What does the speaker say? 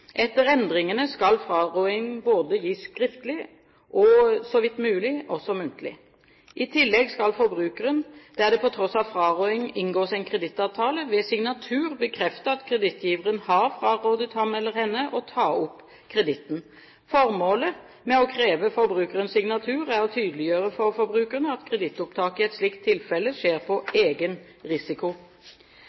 Etter endringene skal frarådingen både gis skriftlig og så vidt mulig også muntlig. I tillegg skal forbrukeren, der det på tross av frarådingen inngås en kredittavtale, ved signatur bekrefte at kredittgiveren har frårådet ham eller henne å ta opp kreditten. Formålet med å kreve forbrukerens signatur er å tydeliggjøre for forbrukeren at kredittopptaket i et slikt tilfelle skjer på egen risiko.